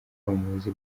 bamuzi